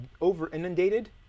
over-inundated